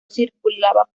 circulaba